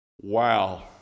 wow